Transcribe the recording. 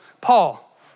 Paul